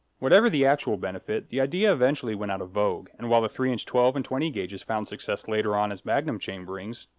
whatever the actual benefit, the idea eventually went out of vogue, and while the three and twelve and twenty gauges found success later on as magnum chamberings,